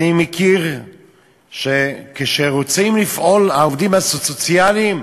אני מכיר שכשרוצים לפעול, העובדים הסוציאליים,